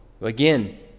Again